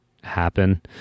happen